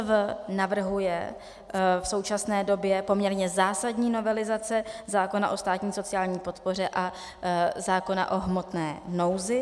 Dále MPSV navrhuje v současné době poměrně zásadní novelizace zákona o státní sociální podpoře a zákona o hmotné nouzi.